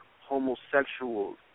Homosexuals